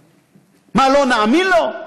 מה, לא נאמין לו?